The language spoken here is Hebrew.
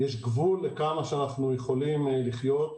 יש גבול לכמה ואיך שאנחנו יכולים לחיות.